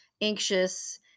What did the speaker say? anxious